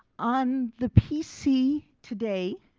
on the pc today,